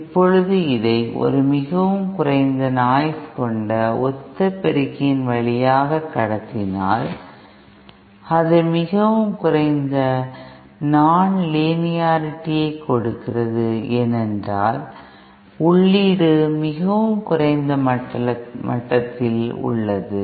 இப்பொழுது இதனை ஒரு மிகவும் குறைந்த நாய்ஸ் கொண்ட ஒத்த பெருக்கின் வழியாக கடத்தினால் அது மிகவும் குறைந்த நான் லின்னியாரிட்டி ஐ கொடுக்கிறது ஏனென்றால் உள்ளீடு மிகவும் குறைந்த மட்டத்தில் உள்ளது